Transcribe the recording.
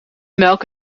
melk